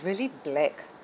really black